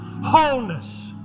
wholeness